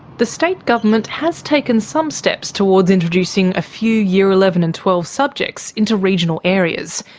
the state government has taken some steps towards introducing a few year eleven and twelve subjects into regional areas,